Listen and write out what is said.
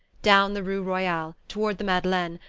down the rue royale, toward the madeleine,